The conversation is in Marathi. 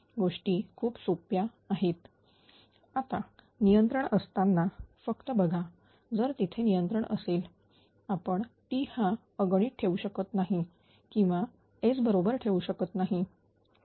गोष्टी खूप सोप्या आहेत आता नियंत्रण असताना फक्त बघा जर तेथे नियंत्रण असेल आपण t हा अगणित ठेवू शकत नाही किंवा S बरोबर ठेवू शकत नाही